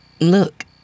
Look